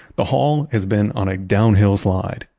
the hall has been on a downhill slide.